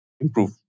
improve